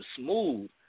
smooth